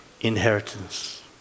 inheritance